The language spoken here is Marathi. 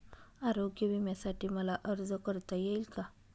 आरोग्य विम्यासाठी मला अर्ज करता येईल का?